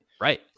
Right